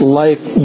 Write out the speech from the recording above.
life